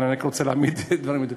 אבל אני רוצה להעמיד דברים על דיוקם.